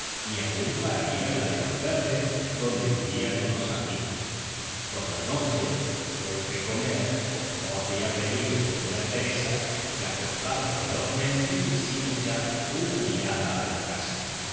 ni aun para ir a la de valverde donde vivían unos amigos por la noche después de comer como no había peligro de ver a teresa la cruzaba velozmente y sin echar una mirada a la casa